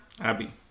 abby